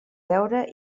deure